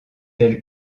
tel